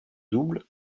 double